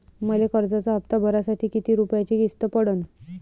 मले कर्जाचा हप्ता भरासाठी किती रूपयाची किस्त पडन?